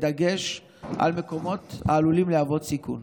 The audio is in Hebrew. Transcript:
בדגש על מקומות שעלולים להוות סיכון,